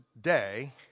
day